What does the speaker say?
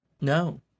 No